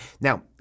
Now